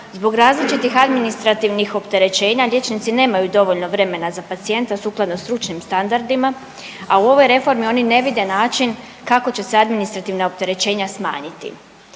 Zbog različitih administrativnih opterećenja liječnici nemaju dovoljno vremena za pacijenta sukladno stručnim standardima, a u ovoj reformi oni ne vide način kako će se administrativna opterećenja smanjiti.